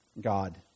God